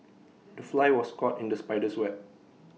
the fly was caught in the spider's web